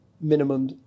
minimum